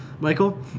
Michael